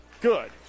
good